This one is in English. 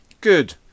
good